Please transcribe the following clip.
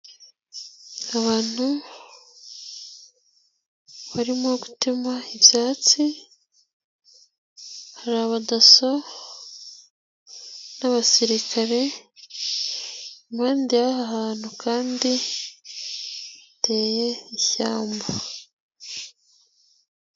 Abantu barimo gutema ibyatsi, hari abadaso n'abasirikare impande y'aha hantu kandi hateye ishyamba.